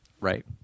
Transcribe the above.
Right